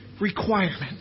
requirement